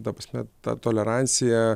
ta prasme ta tolerancija